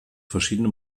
verschiedene